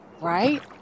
Right